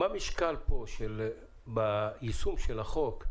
מה המשקל ביישום של החוק,